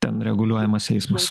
ten reguliuojamas eismas